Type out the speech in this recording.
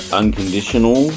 unconditional